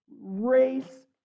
race